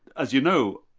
as you know,